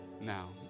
now